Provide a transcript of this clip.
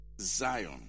Zion